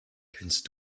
kennst